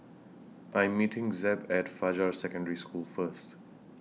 I'm meeting Zeb At Fajar Secondary School First